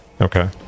okay